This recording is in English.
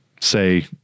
say